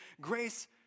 Grace